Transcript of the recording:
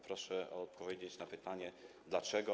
Proszę odpowiedzieć na pytanie, dlaczego.